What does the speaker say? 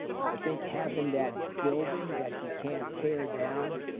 think having that building that you can't tear down,